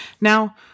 Now